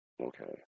Okay